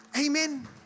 Amen